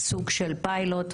סוג של פיילוט.